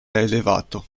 elevato